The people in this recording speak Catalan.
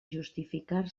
justificar